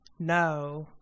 No